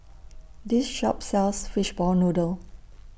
This Shop sells Fishball Noodle